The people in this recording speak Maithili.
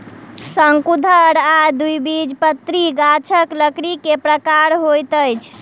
शंकुधर आ द्विबीजपत्री गाछक लकड़ी के प्रकार होइत अछि